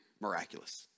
miraculous